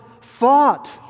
fought